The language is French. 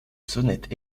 sonnette